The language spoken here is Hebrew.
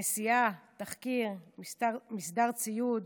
נסיעה, תחקיר, מסדר ציוד,